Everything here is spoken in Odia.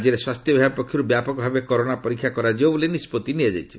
ରାଜ୍ୟରେ ସ୍ୱାସ୍ଥ୍ୟ ବିଭାଗ ପକ୍ଷର୍ ବ୍ୟାପକ ଭାବେ କରୋନା ପରୀକ୍ଷା କରାଯିବ ବୋଲି ନିଷ୍ପଭି ନିଆଯାଇଛି